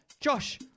Josh